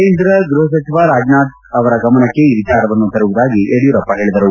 ಕೇಂದ್ರ ಗೃಹ ಸಚಿವ ರಾಜನಾಥ್ ಅವರ ಗಮನಕ್ಕೆ ಈ ವಿಚಾರವನ್ನು ತರುವುದಾಗಿ ಯಡಿಯೂರಪ್ಪ ಹೇಳಿದರು